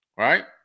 right